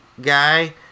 guy